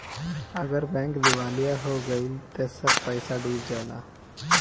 अगर बैंक दिवालिया हो गइल त सब पईसा डूब जाला